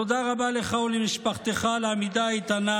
תודה רבה לך ולמשפחתך על העמידה האיתנה